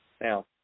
Now